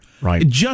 Right